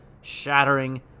shattering